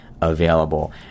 Available